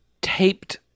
taped